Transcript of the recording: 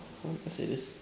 how do I say this